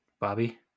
Bobby